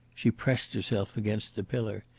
she pressed herself against the pillar.